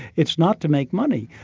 it's not to make money,